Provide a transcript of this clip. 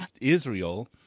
Israel